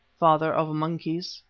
father of monkeys,